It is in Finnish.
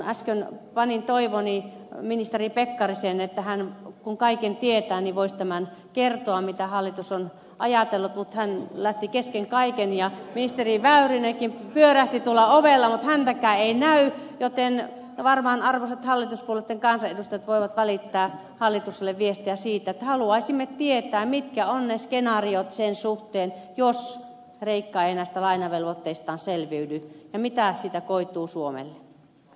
äsken panin toivoni ministeri pekkariseen kun hän kaiken tietää niin voisi tämän kertoa mitä hallitus on ajatellut mutta hän lähti kesken kaiken ja ministeri väyrynenkin pyörähti tuolla ovella mutta häntäkään ei näy joten varmaan arvoisat hallituspuolueitten kansanedustajat voivat välittää hallitukselle viestiä siitä että haluaisimme tietää mitkä ovat ne skenaariot sen suhteen jos kreikka ei näistä lainavelvoitteistaan selviydy ja mitä siitä koituu suomelle